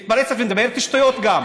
מתפרצת ומדברת שטויות גם.